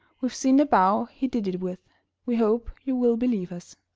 we've seen the bow he did it with we hope you will believe us.